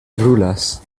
brulas